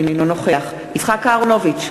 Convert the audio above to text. אינו נוכח יצחק אהרונוביץ,